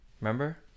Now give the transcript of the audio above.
Remember